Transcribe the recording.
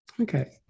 okay